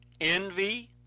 envy